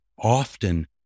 often